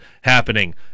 happening